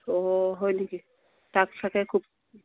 অ' হয় নেকি তাক চাগৈ খুব